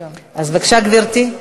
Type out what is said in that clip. בבקשה, גברתי.